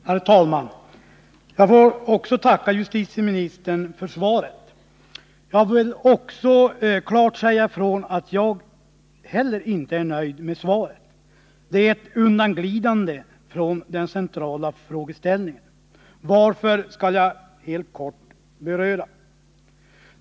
Herr talman! Även jag får tacka justitieministern för svaret. Jag vill också klart säga ifrån att inte heller jag är nöjd med svaret, det är ett undanglidande från den centrala frågeställningen — varför skall jag helt kort beröra.